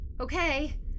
Okay